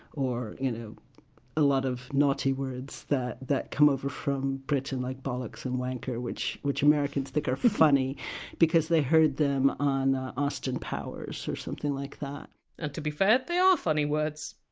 or you know a lot of naughty words that that come over from britain like bollocks and wanker, which which americans think are funny because they heard them on austin powers or something like and to be fair, they are funny words!